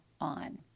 on